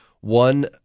one